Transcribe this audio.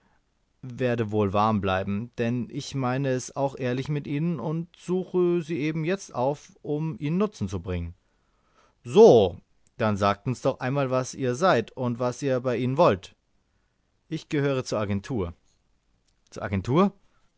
werde wohl warm bleiben denn ich meine es auch ehrlich mit ihnen und suche sie eben jetzt auf um ihnen nutzen zu bringen so dann sagt uns doch einmal was ihr seid und was ihr bei ihnen wollt ich gehöre zur agentur zur agentur